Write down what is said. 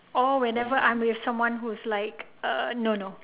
or whenever I'm with someone who's like a no no